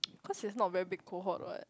cause it's not very big cohort [what]